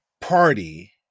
party